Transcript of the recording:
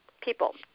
People